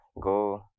Go